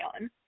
on